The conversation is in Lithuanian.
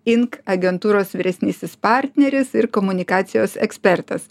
ink agentūros vyresnysis partneris ir komunikacijos ekspertas